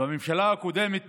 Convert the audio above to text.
בממשלה הקודמת,